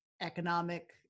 economic